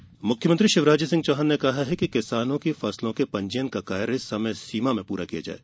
फसल पंजीयन मुख्यमंत्री शिवराज सिंह चौहान ने कहा है कि किसानों की फसलों के पंजीयन का कार्य समय सीमा में पूरा किया जाये